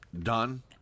done